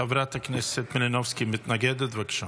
חברת הכנסת מלינובסקי מתנגדת, בבקשה.